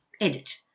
edit